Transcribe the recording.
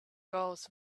goes